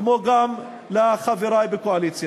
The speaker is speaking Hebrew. כמו גם לחברי בקואליציה.